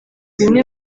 bimwe